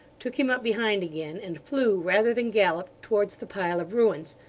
took him up behind again, and flew rather than galloped towards the pile of ruins,